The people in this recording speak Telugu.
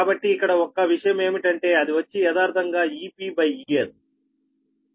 కాబట్టి ఇక్కడ ఒక విషయం ఏమిటంటే అది వచ్చి యదార్ధంగా Ep Es